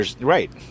Right